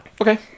Okay